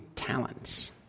Talents